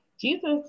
Jesus